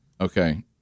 Okay